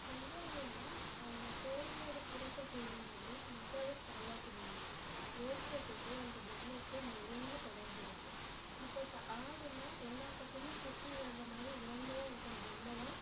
தஞ்சாவூரில் அந்த கோவிலோட சிறப்பை சொல்கிற மாதிரி தஞ்சாவூர் தலையாட்டி பொம்மை கோபுரத்துக்கும் அந்த பொம்மைக்கும் நெருங்கின தொடர்பு இருக்கு இப்போ ஆடினா எல்லா பக்கமும் சுற்றி வர்ற மாதிரி உருண்டையாக இருக்கிற பொம்மை தான்